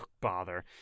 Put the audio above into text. Bother